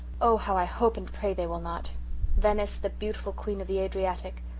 oh, how i hope and pray they will not venice the beautiful queen of the adriatic.